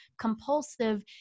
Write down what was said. compulsive